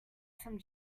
some